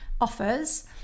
offers